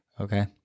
okay